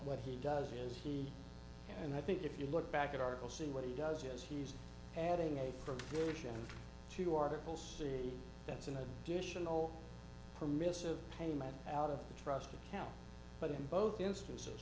what he does is he and i think if you look back at article see what he does is he's adding a repudiation of two articles see that's an additional permissive payment out of the trust account but in both instances